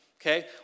Okay